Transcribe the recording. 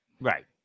right